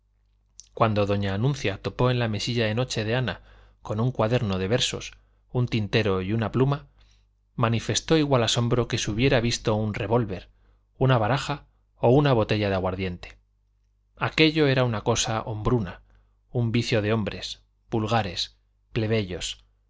cuando doña anuncia topó en la mesilla de noche de ana con un cuaderno de versos un tintero y una pluma manifestó igual asombro que si hubiera visto un rewólver una baraja o una botella de aguardiente aquello era una cosa hombruna un vicio de hombres vulgares plebeyos